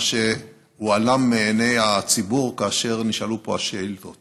מה שהועלם מעיני הציבור כאשר נשאלו פה השאילתות